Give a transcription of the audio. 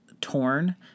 torn